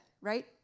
right